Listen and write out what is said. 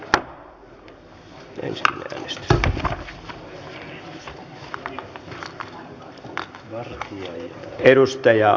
herra puhemies